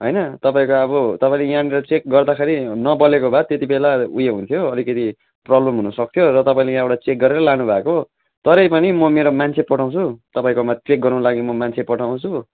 होइन तपाईँको अब तपाईँले यहाँनिर चेक गर्दाखेरि नबलेको भए त्यति बेला उयो हुन्थ्यो अलिकति प्रब्लम हुनु सक्थ्यो र तपाईँले यहाँबाट चेक गरेर लानु भएको तरै पनि म मेरो मान्छे पठाउँछु तपाईँकोमा चेक गराउनुको लागि मान्छे पठाउँछु